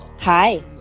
Hi